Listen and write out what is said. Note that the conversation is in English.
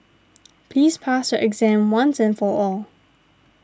please pass your exam once and for all